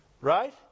Right